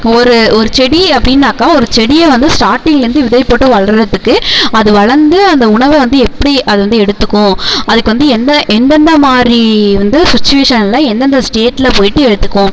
ஒரு ஒரு செடி அப்படின்னாக்கா ஒரு செடியை வந்து ஸ்டார்டிங்லேருந்து விதைப் போட்டு வளர்கிறத்துக்கு அது வளர்ந்து அந்த உணவை வந்து எப்படி அது வந்து எடுத்துக்கும் அதுக்கு வந்து எந்த எந்தெந்த மாதிரி வந்து சுச்சிவேஷன்ல எந்தெந்த ஸ்டேட்ல போய்ட்டு எடுத்துக்கும்